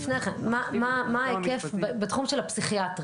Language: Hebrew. לפני כן: מה ההיקף בתחום של הפסיכיאטרים?